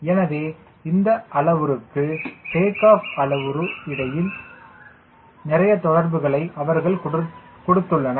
எனவே இந்த அளவுருவுக்கும் டேக் ஆஃப் அளவுரு இடையில் நிறைய தொடர்புகளை அவர்கள் கொடுத்துள்ளனர்